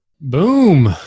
Boom